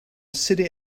city